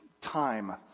time